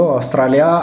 Australia